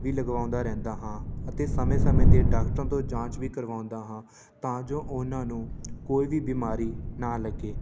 ਵੀ ਲਗਵਾਉਂਦਾ ਰਹਿੰਦਾ ਹਾਂ ਅਤੇ ਸਮੇਂ ਸਮੇਂ 'ਤੇ ਡਾਕਟਰਾਂ ਤੋਂ ਜਾਂਚ ਵੀ ਕਰਵਾਉਂਦਾ ਹਾਂ ਤਾਂ ਜੋ ਉਹਨਾਂ ਨੂੰ ਕੋਈ ਵੀ ਬਿਮਾਰੀ ਨਾ ਲੱਗੇ